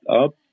up